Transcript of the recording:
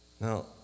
Now